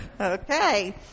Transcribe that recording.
Okay